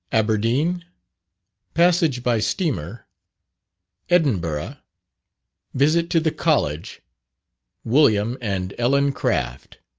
aberdeen passage by steamer edinburgh visit to the college william and ellen craft,